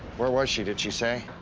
where was she, did she say?